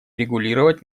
регулировать